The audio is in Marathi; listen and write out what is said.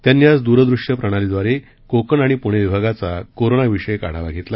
त्यांनी आज द्रदृश्य प्रणालीद्वारे कोकण आणि पुणे विभागाचा कोरोनाविषयक आढावा घेतला